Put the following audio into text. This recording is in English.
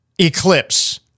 eclipse